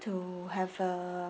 to have a